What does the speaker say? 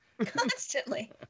Constantly